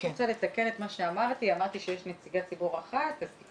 נושא הטעיית הציבור הוא נושא מאוד גדול,